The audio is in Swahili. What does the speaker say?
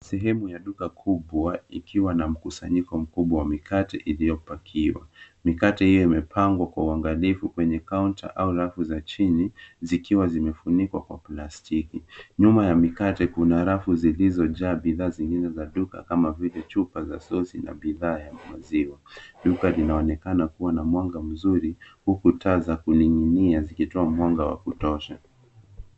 Sehemu ya duka kubwa ikiwa na mkusanyiko mkubwa wa mikate iliyopakiwa. Mikate hiyo imepangwa kwa uangalifu kwenye kaunta au rafu za chini zikiwa zimefunikwa kwa plastiki. Nyuma ya mikate kuna rafu zilizojaa bidhaa zingine za duka kama vile chupa za sosi na bidhaa ya maziwa. Duka linaonekana kuwa na mwanga mzuri huku taa za kuning'inia zikitoa mwanga wa kutosha.